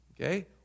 okay